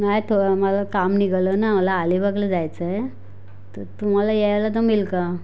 नाही थोडं मला काम निघालं ना मला अलीबागला जायचं आहे तर तुम्हाला यायला जमेल का